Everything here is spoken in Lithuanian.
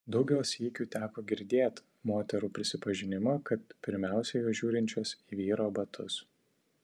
daugel sykių teko girdėt moterų prisipažinimą kad pirmiausia jos žiūrinčios į vyro batus